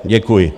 Děkuji.